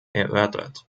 erörtert